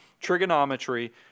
trigonometry